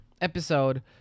episode